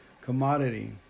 commodity